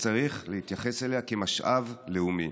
שצריך להתייחס אליה כאל משאב לאומי.